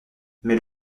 mais